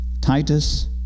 Titus